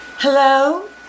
Hello